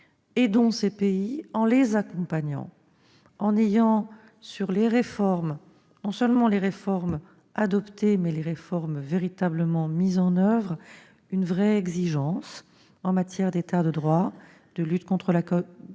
Aidons ces pays en les accompagnant, en ayant sur les réformes-non seulement celles qui sont adoptées, mais aussi celles qui sont véritablement mises en oeuvre -une vraie exigence en matière d'État de droit, de lutte contre la corruption